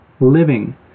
Living